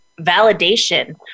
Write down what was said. validation